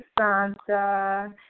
Santa